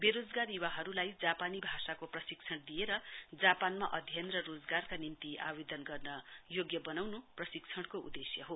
वेरोजगार युवाहरूलाई जापानी भाषाको प्रशिक्षण दिएर जापानमा अध्ययन र रोजगारका निम्ति आवेदन गर्न योग्य बताउनु प्रशिक्षणको उद्देश्य हो